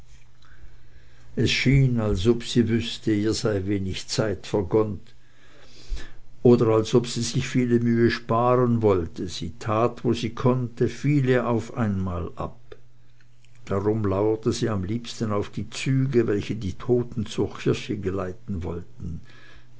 es schien als ob sie wüßte ihr sei wenig zeit vergönnt oder als ob sie sich viele mühe sparen wollte sie tat wo sie konnte viele auf einmal ab darum lauerte sie am liebsten auf die züge welche die toten zur kirche geleiten wollten